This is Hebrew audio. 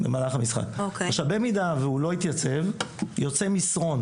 עכשיו במידה והוא לא התייצב יוצא מסרון